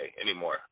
anymore